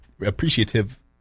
appreciative